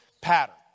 pattern